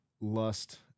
lust